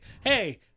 Hey